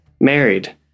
married